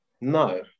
No